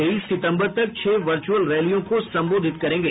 तेईस सितम्बर तक छह वर्चुअल रैलियों को संबोधित करेंगे